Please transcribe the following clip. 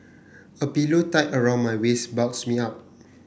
a pillow tied around my waist bulks me up